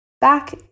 Back